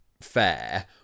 fair